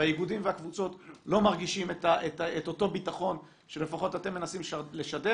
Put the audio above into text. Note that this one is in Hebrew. האיגודים והקבוצות לא מרגישים את אותו ביטחון שאתם מנסים לשדר.